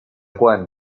quan